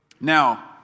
Now